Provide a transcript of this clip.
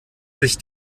sich